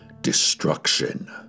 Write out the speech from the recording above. destruction